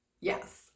Yes